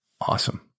Awesome